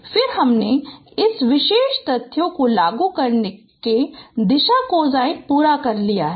फिर हमने इस विशेष तथ्यों को लागू करके दिशा कोज़ाइन पूरा कर लिया है